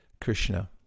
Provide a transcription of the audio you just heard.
krishna